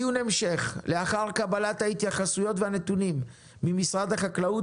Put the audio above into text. לאחר קבלת ההתייחסויות והנתונים ממשרד החקלאות